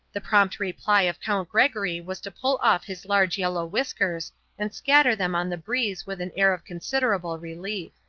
the prompt reply of count gregory was to pull off his large yellow whiskers and scatter them on the breeze with an air of considerable relief.